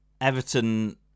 Everton